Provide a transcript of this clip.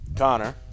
Connor